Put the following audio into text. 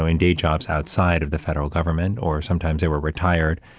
ah and day jobs outside of the federal government, or sometimes they were retired.